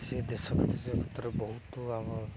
ସେ ଦେଶ ବିଦେଶ ଭିତରେ ବହୁତ ଆମ